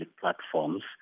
platforms